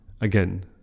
Again